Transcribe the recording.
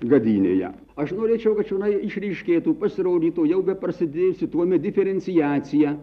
gadynėje aš norėčiau kad čionai išryškėtų pasirodytų jau beprasidėjusi tuomet diferenciacija